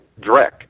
dreck